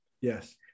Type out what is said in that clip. Yes